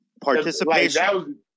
Participation